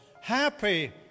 Happy